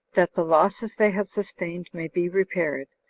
that the losses they have sustained may be repaired.